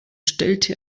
stellte